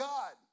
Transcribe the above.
God